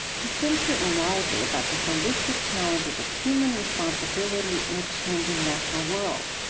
he's since written widely about the holistic challenges of human responsibility in a changing natural world,